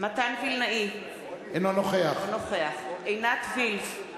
מתן וילנאי, אינו נוכח עינת וילף,